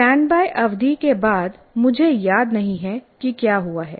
standby अवधि के बाद मुझे याद नहीं है कि क्या हुआ है